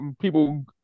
People